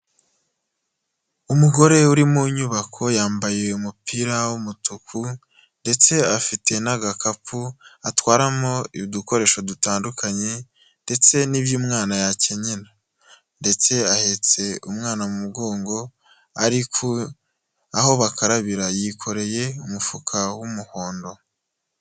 Umugore uri mu nyubako yambaye umupira w'umutuku, ndetse afite n'agakapu atwaramo udukoresho dutandukanye ndetse n'iby'umwana yakenera. Ndetse ahetse umwana mu mugongo ariko aho bakarabira yikoreye umufuka w'umuhondo.